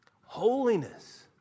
holiness